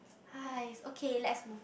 !hais! okay let's move